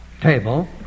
table